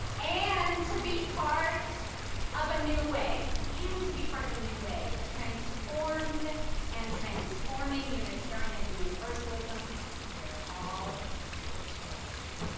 and to be part of a new way. and to be part of a new way, a transformed and transforming unitarian universalism where all are cherished.